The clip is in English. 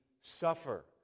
suffer